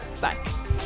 bye